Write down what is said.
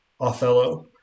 Othello